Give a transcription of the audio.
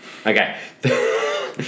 okay